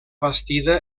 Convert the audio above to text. bastida